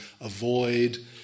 avoid